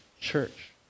church